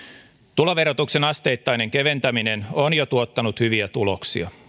tuloverotuksen asteittainen keventäminen on jo tuottanut hyviä tuloksia